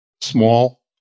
small